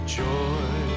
joy